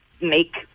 make